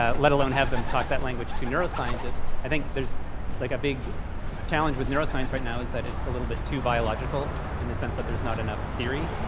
ah let alone have them talk that language to neuroscientists. i think like a big challenge with neuroscience right now is that it's a little bit too biological in the sense that there's not enough theory.